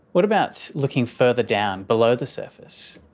what about looking further down below the surface?